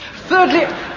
Thirdly